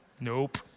Nope